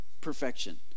perfection